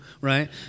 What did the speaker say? right